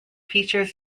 features